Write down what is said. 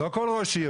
לא כל ראש עיר